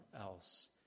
else